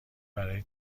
برای